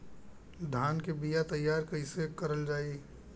धान के बीया तैयार कैसे करल जाई?